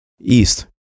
east